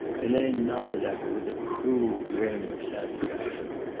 helene nodded at her with a cruel grin of satisfaction,